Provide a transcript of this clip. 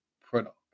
product